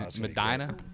Medina